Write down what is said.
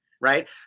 right